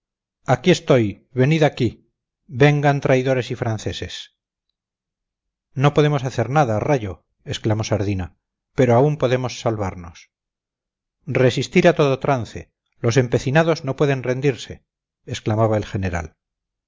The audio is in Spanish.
aquí estoy venid aquí vengan traidores y franceses no podemos hacer nada rayo exclamó sardina pero aún podemos salvarnos resistir a todo trance los empecinados no pueden rendirse exclamaba el general